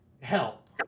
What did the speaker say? help